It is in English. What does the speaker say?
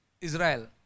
Israel